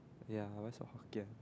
ya always got Hokkien